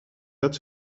dat